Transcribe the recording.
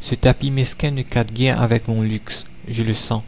ce tapis mesquin ne cadre guère avec mon luxe je le sens